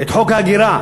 הצעת חוק ההגירה,